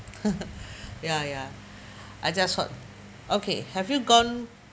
ya ya I just heard okay have you gone